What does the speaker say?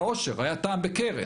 אם היה עושר היה טעם בקרן.